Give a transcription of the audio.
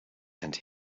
and